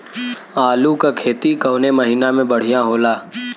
आलू क खेती कवने महीना में बढ़ियां होला?